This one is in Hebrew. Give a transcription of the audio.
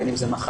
בין אם זו מחלה.